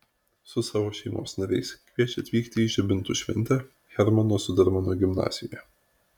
su savo šeimos nariais kviečia atvykti į žibintų šventę hermano zudermano gimnazijoje